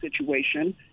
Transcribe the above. situation